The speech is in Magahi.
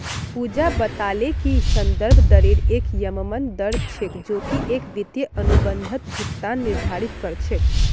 पूजा बताले कि संदर्भ दरेर एक यममन दर छेक जो की एक वित्तीय अनुबंधत भुगतान निर्धारित कर छेक